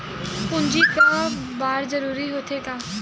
पूंजी का बार जरूरी हो थे?